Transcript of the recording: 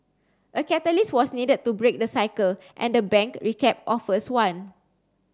a catalyst was needed to break the cycle and the bank recap offers one